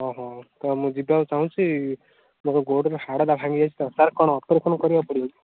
ହଁ ହଁ ମୁଁ ଯିବାକୁ ଚାହୁଁଛି ମୋ ଗୋଡ଼ରେ ହାଡ଼ଟା ଭାଙ୍ଗି ଯାଇଛି ତ ସାର୍ କ'ଣ ଅପରେସନ୍ କରିବାକୁ ପଡ଼ିବ କି